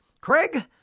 Craig